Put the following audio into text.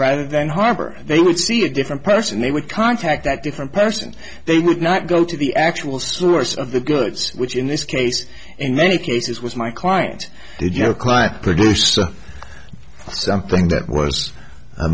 rather than harbor they would see a different person they would contact that different person they would not go to the actual source of the goods which in this case in many cases was my client did your client produce something that was